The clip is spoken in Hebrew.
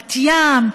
בת ים,